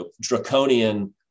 draconian